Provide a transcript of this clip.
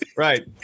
Right